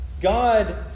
God